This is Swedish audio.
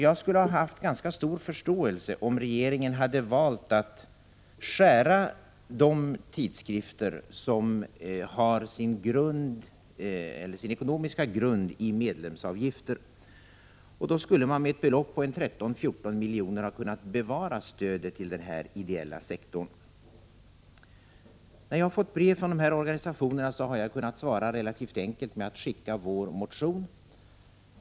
Jag skulle ha haft ganska stor förståelse om regeringen hade valt att skära ned på stödet till de tidskrifter vars ekonomiska grund består av medlemsavgifter. Då skulle man med ett belopp på 13-14 milj.kr. ha kunnat bevara stödet till denna ideella sektor. De brev jag har fått från dessa organisationer har jag kunnat besvara relativt enkelt genom att skicka vår motion.